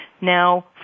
Now